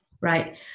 Right